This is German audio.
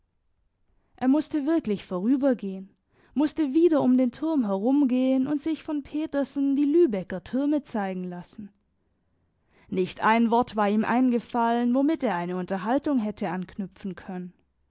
er musste wirklich vorübergehen musste wieder um den turm herumgehen und sich von petersen die lübecker türme zeigen lassen nicht ein wort war ihm eingefallen womit er eine unterhaltung hätte anknüpfen können